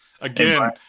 again